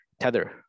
Tether